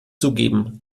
zugeben